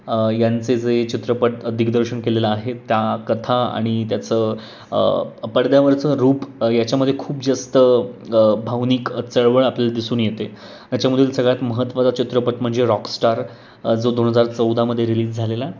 यांचे जे चित्रपट दिग्दर्शन केलेलं आहे त्या कथा आणि त्याचं पडद्यावरचं रूप याच्यामध्ये खूप जास्त भावनिक चळवळ आपल्याला दिसून येते त्याच्यामधील सगळ्यात महत्वाचा चित्रपट म्हणजे रॉकस्टार जो दोन हजार चौदामध्ये रिलीज झालेला